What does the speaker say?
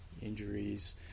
injuries